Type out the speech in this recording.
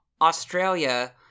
Australia